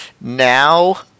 now